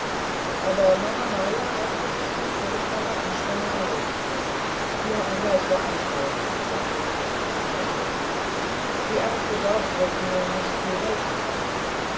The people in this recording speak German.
aber mahamaya raffte sich mit furchtbarer anstrengung auf nur ein leichter anfall sagte sie mit kaltem lächeln die ärmste dort wird mir nicht viel helfen können